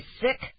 sick